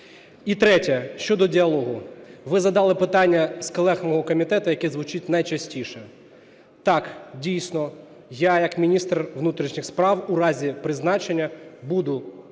І третє: щодо діалогу. Ви задали питання з колег мого комітету, яке звучить найчастіше. Так, дійсно, я як міністр внутрішніх справ у разі призначення буду працювати